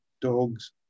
Dogs